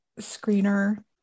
screener